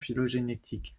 phylogénétique